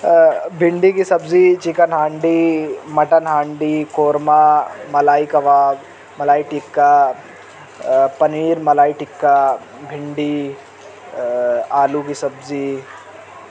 بھنڈی کی سبزی chicken handi mutton handi korma malai kebab malai tikka paneer malai tikka بھنڈی آلو کی سبزی